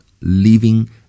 living